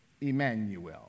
Emmanuel